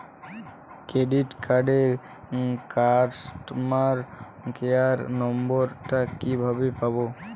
Credit কার্ডের customer care number টা কিভাবে পাবো?